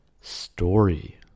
story